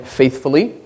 faithfully